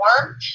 warm